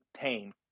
pain